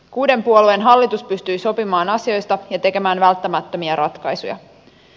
kuuden puolueen hallitus pystyi sopimaan asioista ja tekemään välttämättömiä ratkaisuja